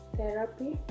Therapy